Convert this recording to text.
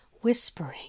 whispering